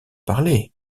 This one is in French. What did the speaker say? parler